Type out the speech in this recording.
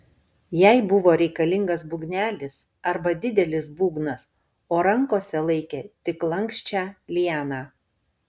jai buvo reikalingas būgnelis arba didelis būgnas o rankose laikė tik lanksčią lianą